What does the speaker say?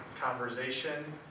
conversation